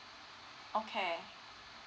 okay